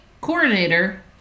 coordinator